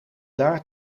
daar